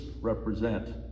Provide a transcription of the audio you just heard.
represent